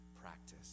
practice